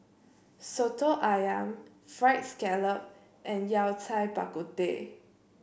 soto ayam fried scallop and Yao Cai Bak Kut Teh